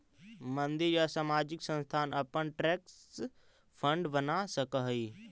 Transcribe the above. मंदिर या सामाजिक संस्थान अपना ट्रस्ट फंड बना सकऽ हई